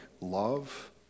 love